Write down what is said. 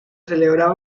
celebraba